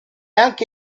anche